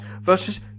versus